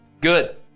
Good